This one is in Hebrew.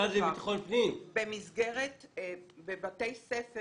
בבתי ספר